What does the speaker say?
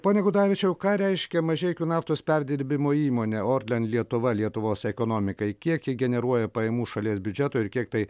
pone gudavičiau ką reiškia mažeikių naftos perdirbimo įmonė orlen lietuva lietuvos ekonomikai kiek ji generuoja pajamų šalies biudžeto ir kiek tai